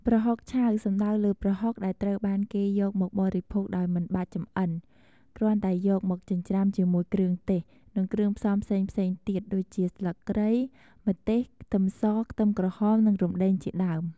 ប្រហុកឆៅ សំដៅលើប្រហុកដែលត្រូវបានគេយកមកបរិភោគដោយមិនបាច់ចម្អិនឡើយ គ្រាន់តែយកមកចិញ្ច្រាំ ជាមួយគ្រឿងទេស និងគ្រឿងផ្សំផ្សេងៗទៀត ដូចជាស្លឹកគ្រៃ ម្ទេស ខ្ទឹមស ខ្ទឹមក្រហម និងរំដេងជាដើម។